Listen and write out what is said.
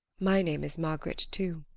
my name is margaret too.